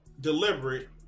deliberate